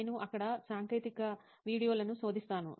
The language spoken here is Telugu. నేను అక్కడ సాంకేతిక వీడియోలను శోధిస్తాను